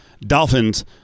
Dolphins